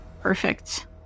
Perfect